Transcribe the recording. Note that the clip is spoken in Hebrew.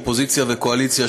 אופוזיציה וקואליציה,